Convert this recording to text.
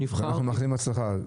אנחנו מאחלים לו הצלחה.